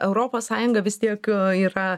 europos sąjunga vis tiek yra